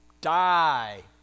die